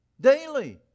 Daily